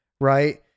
right